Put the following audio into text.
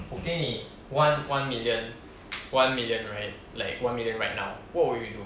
我给你 one one million one million right like one million right now what would you do